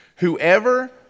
Whoever